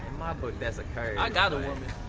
my book, that's a curve. i got a woman.